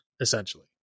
essentially